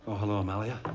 hello, amalia.